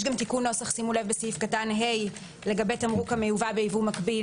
יש גם תיקון נוסח בסעיף קטן (ה) לגבי תמרוק המיובא בייבוא מגביל